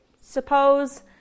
Suppose